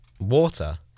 water